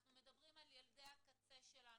אנחנו מדברים על ילדי הקצה שלנו,